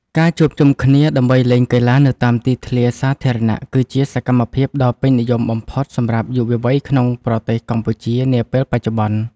ការជួបជុំគ្នាដើម្បីលេងកីឡានៅតាមទីធ្លាសាធារណៈគឺជាសកម្មភាពដ៏ពេញនិយមបំផុតសម្រាប់យុវវ័យក្នុងប្រទេសកម្ពុជានាពេលបច្ចុប្បន្ន។